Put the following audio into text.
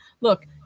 Look